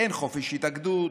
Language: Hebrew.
אין חופש התאגדות,